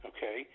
Okay